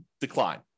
decline